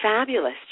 fabulous